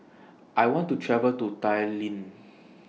I want to travel to Tallinn